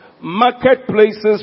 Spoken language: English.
Marketplaces